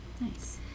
Nice